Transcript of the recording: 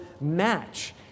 match